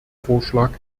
vorschlag